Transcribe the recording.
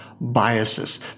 biases